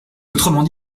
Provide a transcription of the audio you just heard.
autrement